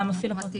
המפעיל הפרטי.